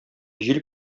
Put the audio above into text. җил